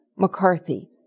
McCarthy